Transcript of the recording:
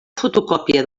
fotocòpia